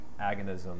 agonism